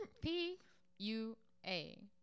P-U-A